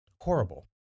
horrible